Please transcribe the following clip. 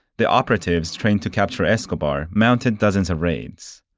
the operatives trained to capture escobar mounted dozens of raids,